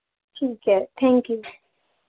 ਠੀਕ ਹੈ thank you